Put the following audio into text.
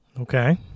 Okay